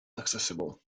accessible